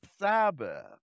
Sabbath